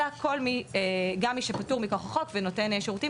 אלא גם מי שפטור מכוח החוק ונותן שירותים